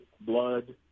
blood